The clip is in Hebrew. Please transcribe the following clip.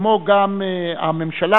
וגם הממשלה